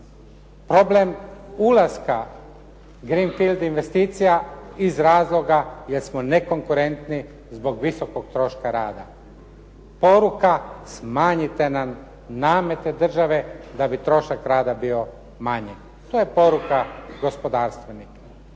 Problem ulaska green field investicija iz razloga jer smo nekonkurentni zbog visokog troška rada. Poruka smanjite nam namete države da bi trošak rada bio manji. To je poruka gospodarstvenika.